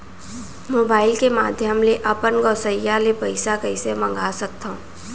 Mobile के माधयम ले अपन गोसैय्या ले पइसा कइसे मंगा सकथव?